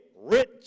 rich